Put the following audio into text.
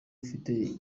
ufite